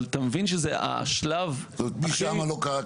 אבל אתה מבין שזה השלב הכי --- של לוח הזמנים.